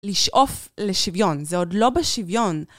לשאוף לשוויון, זה עוד לא בשוויון.